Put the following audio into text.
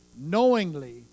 knowingly